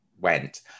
went